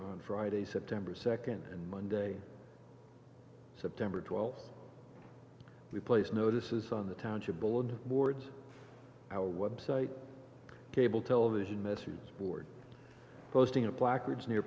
on friday september second and monday september twelfth replace notices on the township board boards our website cable television message board posting a placards near